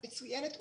מצוינת ומקיפה,